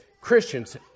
Christians